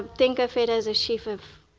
ah think of it as a sheath of,